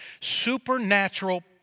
supernatural